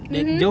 mmhmm